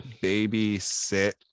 babysit